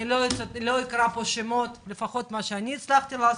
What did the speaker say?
אני לא אקרא שמות מהתחקיר שאני הצלחתי לעשות,